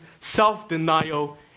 self-denial